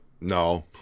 No